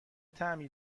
طعمی